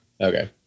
okay